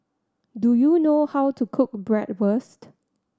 do you know how to cook Bratwurst